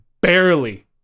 barely